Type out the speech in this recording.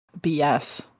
BS